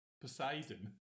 Poseidon